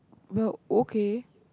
well okay